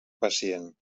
pacient